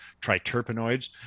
triterpenoids